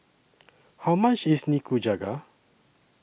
How much IS Nikujaga